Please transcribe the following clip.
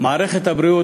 מערכת הבריאות,